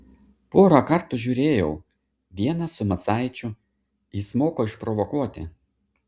porą kartų žiūrėjau vieną su macaičiu jis moka išprovokuoti